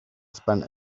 spent